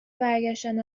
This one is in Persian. برگشتن